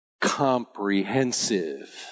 comprehensive